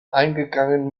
eingegangen